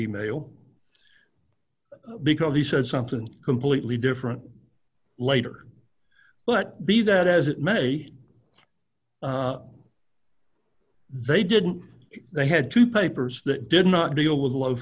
e mail because he said something completely different later but be that as it may they didn't they had two papers that did not deal with